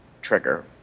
trigger